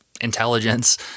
intelligence